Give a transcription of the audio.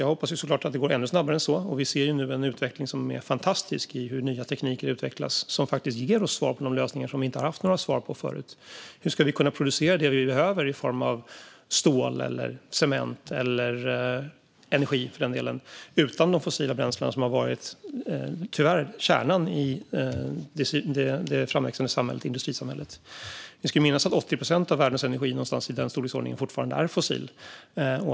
Jag hoppas så klart att det går ännu snabbare, och vi ser nu en utveckling som är fantastisk när det gäller hur nya tekniker utvecklas som faktiskt ger oss lösningar på sådant som vi inte har haft svar på förut. Hur ska vi kunna producera det vi behöver i form av stål, cement eller för den delen energi utan de fossila bränslena, som ju tyvärr har varit kärnan i det framväxande industrisamhället? Vi ska minnas att 80 procent av världens energi - det är någonstans i den storleksordningen - fortfarande är fossil.